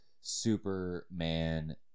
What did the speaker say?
Superman